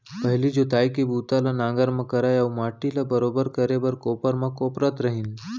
पहिली जोतई के बूता ल नांगर म करय अउ माटी ल बरोबर करे बर कोपर म कोपरत रहिन